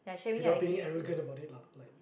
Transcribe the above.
without being arrogant about it lah like